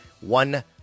one